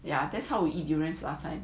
yeah that's how will eat durian last time